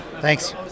Thanks